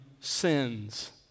sins